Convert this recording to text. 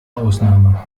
ausnahme